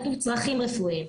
כתוב צרכים רפואיים.